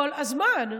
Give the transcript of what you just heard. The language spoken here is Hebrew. כל הזמן,